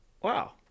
Wow